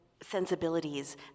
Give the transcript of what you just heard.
sensibilities